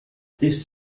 this